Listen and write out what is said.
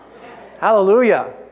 Hallelujah